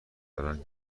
دارن